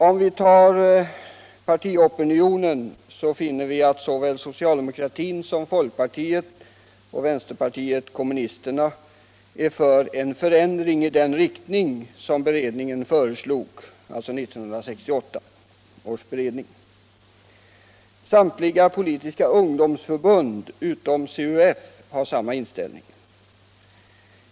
Om vi ser på partiopinionen finner vi att såväl socialdemokraterna som folkpartiet och vänsterpartiet kommunisterna är för en förändring i den riktning som 1968 års beredning föreslog. Samtliga politiska ung domsförbund utom CUF har samma inställning.